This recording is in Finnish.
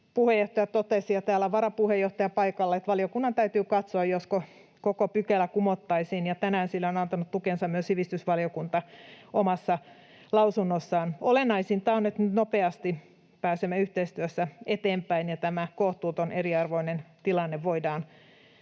puheenjohtaja totesi — täällä on varapuheenjohtaja paikalla — että valiokunnan täytyy katsoa, josko koko pykälä kumottaisiin, ja tänään sille on antanut tukensa myös sivistysvaliokunta omassa lausunnossaan. Olennaisinta on, että nopeasti pääsemme yhteistyössä eteenpäin ja tämä kohtuuton, eriarvoinen tilanne voidaan